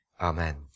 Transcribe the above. amen